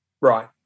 right